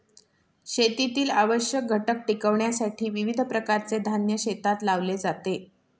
शेतीतील आवश्यक घटक टिकविण्यासाठी विविध प्रकारचे धान्य शेतात लावले जाते